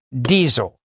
Diesel